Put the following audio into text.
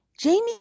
Jamie